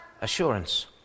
assurance